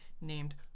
named